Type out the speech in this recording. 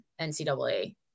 NCAA